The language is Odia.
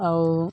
ଆଉ